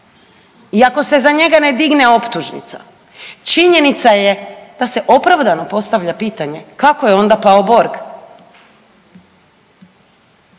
ako se za njega ne digne optužnica činjenica je da se opravdano postavlja pitanje kako je onda pao Borg